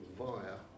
via